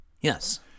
Yes